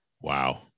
Wow